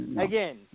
again